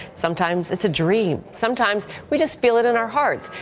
sometimes it's dream. sometimes we just feel it in our hearts.